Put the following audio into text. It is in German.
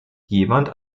jemand